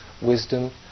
wisdom